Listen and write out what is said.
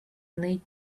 late